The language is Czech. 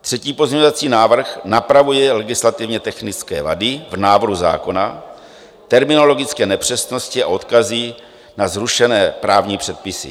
Třetí pozměňovací návrh napravuje legislativně technické vady v návrhu zákona, terminologické nepřesnosti a odkazy na zrušené právní předpisy.